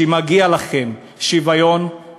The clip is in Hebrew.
שמגיע לכם שוויון,